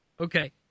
okay